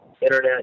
internet